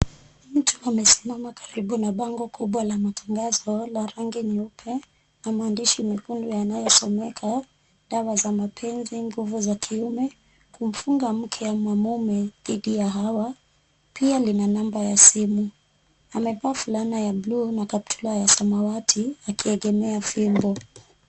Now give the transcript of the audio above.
Mtu amesimama karibu na bango kubwa la matangazo la rangi nyeupe na maandishi mekundu yanayosomeka; dawa za mapenzi, nguvu za kiume, kumfunga mke au mume dhidi ya hawa, pia lina namba ya simu, amevaa fulana ya buluu na kaptula ya samawati akiegemea fimbo.